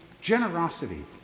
generosity